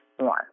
more